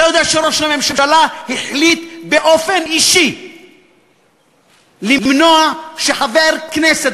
אתה יודע שראש הממשלה החליט באופן אישי למנוע מחבר כנסת,